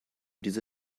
diese